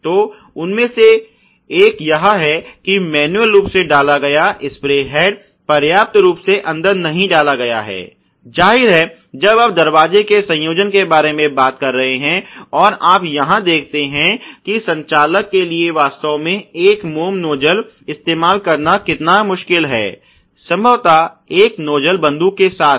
तो उनमें से एक यह है कि मैन्युअल रूप से डाला गया स्प्रे हेड पर्याप्त रूप से अंदर नहीं डाला गया है जाहिर है जब आप दरवाजे के संयोजन के बारे में बात कर रहे हैं और आप यहां देखते हैं कि संचालक के लिए वास्तव में एक मोम नोजल इस्तेमाल करना कितना मुश्किल है संभवता एक नोजल बंदूक के साथ है